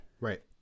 Right